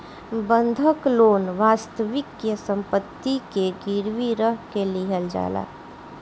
बंधक लोन वास्तविक सम्पति के गिरवी रख के लिहल जाला